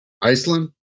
Iceland